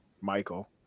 Michael